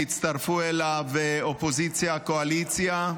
והצטרפו אליו אופוזיציה וקואליציה,